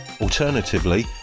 alternatively